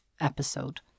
episode